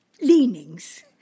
leanings